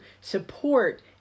support